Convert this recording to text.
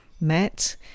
met